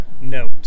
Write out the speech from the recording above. note